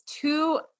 two